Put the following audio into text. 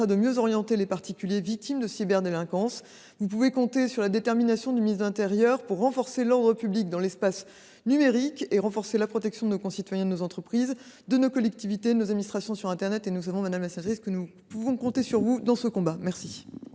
de mieux orienter les particuliers victimes de cyberdélinquance. Vous pouvez compter sur la détermination du ministre de l’intérieur à renforcer l’ordre public dans l’espace numérique, ainsi que la protection de nos concitoyens, de nos entreprises, de nos collectivités et de nos administrations sur internet. Nous savons, madame la sénatrice, que nous pouvons compter sur vous dans ce combat. La